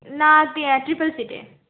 না ট্রিপল সিটে